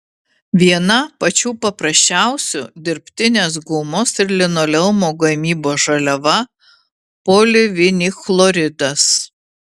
viena pačių paprasčiausių dirbtinės gumos ir linoleumo gamybos žaliava polivinilchloridas